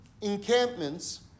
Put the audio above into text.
encampments